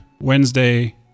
Wednesday